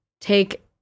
take